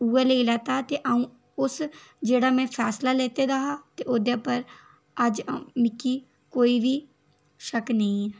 उ'ऐ लेई लेता अ'ऊं जेह्ड़ा में फैसला लैते दा हा ते ओह्दे उप्पर मिकी कोई बी शक नेईं ऐ